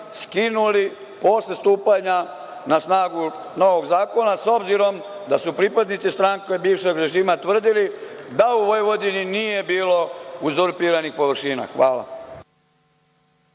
skinuli posle stupanja na snagu novog zakon, s obzirom da su pripadnici stranke bivšeg režima tvrdili da u Vojvodini nije bilo uzurpiranih površina? Hvala.